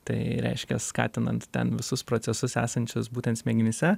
tai reiškia skatinant ten visus procesus esančius būtent smegenyse